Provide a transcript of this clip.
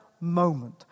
moment